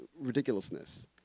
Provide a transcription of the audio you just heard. ridiculousness